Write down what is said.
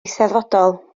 eisteddfodol